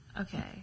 Okay